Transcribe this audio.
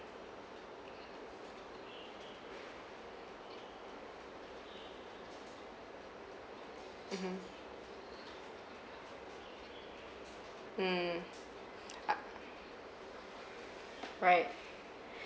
mmhmm mm I right